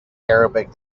arabic